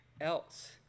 else